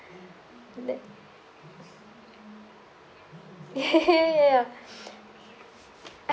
that ya